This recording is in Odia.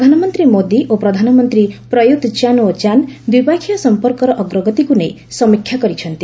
ପ୍ରଧାନମନ୍ତ୍ରୀ ମୋଦୀ ଓ ପ୍ରଧାନମନ୍ତ୍ରୀ ପ୍ରୟୁତ୍ ଚାନ୍ ଓ ଚାନ୍ ଦ୍ୱିପକ୍ଷୀୟ ସମ୍ପର୍କର ଅଗ୍ରଗତିକୁ ନେଇ ସମୀକ୍ଷା କରିଛନ୍ତି